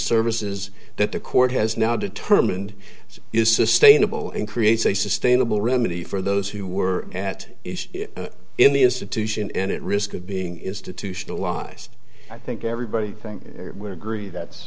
services that the court has now determined that is sustainable and creates a sustainable remedy for those who were at in the institution and at risk of being institutionalized i think everybody think we're agreed that's